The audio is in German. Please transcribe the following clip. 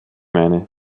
meine